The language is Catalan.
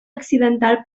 accidental